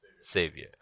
savior